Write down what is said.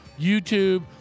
YouTube